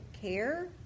care